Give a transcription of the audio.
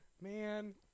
Man